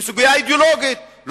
סוגיה אידיאולוגית.